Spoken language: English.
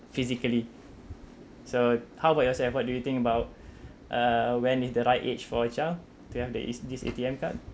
physically so how about yourself what do you think about uh when is the right age for a child to have the is this A_T_M card